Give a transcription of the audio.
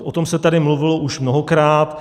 O tom se tady mluvilo už mnohokrát.